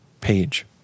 page